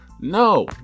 No